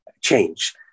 change